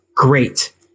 Great